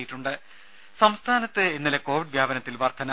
രുര സംസ്ഥാനത്ത് ഇന്നലെ കോവിഡ് വ്യാപനത്തിൽ വർധന